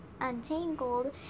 untangled